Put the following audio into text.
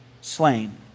slain